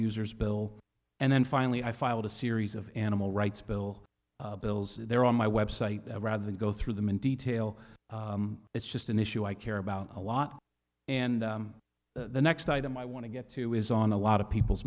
users bill and then finally i filed a series of animal rights bill bills there on my website rather than go through them in detail it's just an issue i care about a lot and the next item i want to get to is on a lot of people's